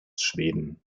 schweden